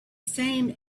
same